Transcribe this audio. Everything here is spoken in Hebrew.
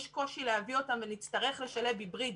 יש קושי להביא אותם ונצטרך לשלב היברידי.